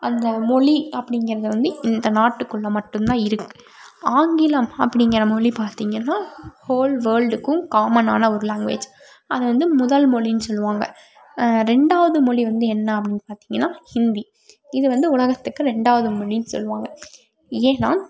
அந்த மொழி அப்படிங்கிறத வந்து இந்த நாட்டுக்குள்ளே மட்டும் தான் இருக்குது ஆங்கிலம் அப்படிங்கிற மொழி பார்த்தீங்கன்னா ஹோல் வேல்டுக்கும் காமனான ஒரு லேங்வேஜ் அதை வந்து முதல் மொழின்னு சொல்லுவாங்க ரெண்டாவது மொழி வந்து என்ன அப்படின்னு பார்த்தீங்கன்னா ஹிந்தி இது வந்து உலகத்துக்கு ரெண்டாவது மொழின்னு சொல்லுவாங்க ஏன்னா